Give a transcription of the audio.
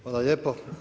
Hvala lijepo.